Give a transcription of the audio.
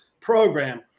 program